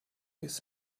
his